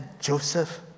Joseph